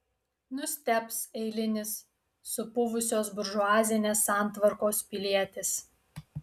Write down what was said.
nustebs eilinis supuvusios buržuazinės santvarkos pilietis